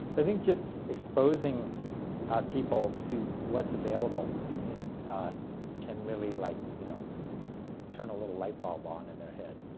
i think just exposing people to what's available and can really like you know turn a little light bulb on in their head.